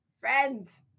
friends